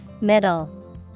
Middle